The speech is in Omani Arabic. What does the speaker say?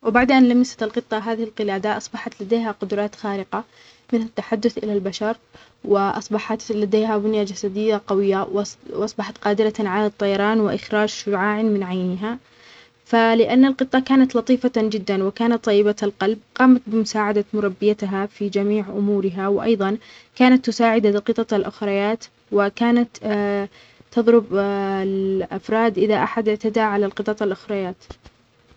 وبعد أن لمست القطة هذه القلادة، أصبحت لديها قدرات خارقة من التحدث إلى البشر وأصبحت لديها بنية جسدية قوية، وأص- أصبحت قادرة على الطيران وإخراج شعاعًا من عينها، فلأن القطة كانت لطيفة جدًا وكانت طيبة القلب قامت بمساعدة مربيتها في جميع أمورها، وأيضًا كانت تساعد القطط الأخريات و كانت (اا) تظرب الأفراد إذا أحد يتداعى على القطط الأخريات.